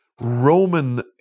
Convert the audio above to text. Roman